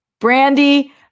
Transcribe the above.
Brandy